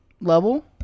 level